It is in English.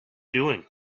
doing